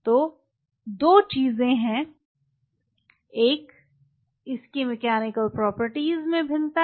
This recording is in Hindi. तो 2 चीजें हैं एक इसके मैकेनिकल प्रॉपर्टीज में भिन्नता है